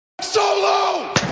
Solo